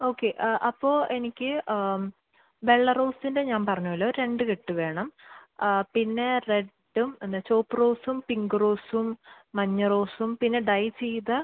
okay അപ്പോള് എനിക്ക് വെള്ള റോസിൻ്റെ ഞാൻ പറഞ്ഞ പോലെ ഒരു രണ്ട് കെട്ട് വേണം ആ പിന്നെ റെഡും പിന്നെ ചുവപ്പ് റോസും പിങ്ക് റോസും മഞ്ഞ റോസും പിന്നെ ഡൈ ചെയ്ത